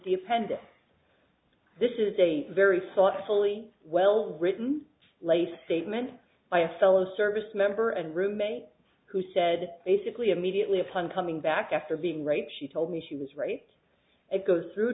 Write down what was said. dependent this is a very thoughtfully well written laced statement by a fellow service member and roommate who said basically immediately upon coming back after being raped she told me she was raped it goes through